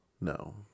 No